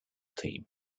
team